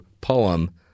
poem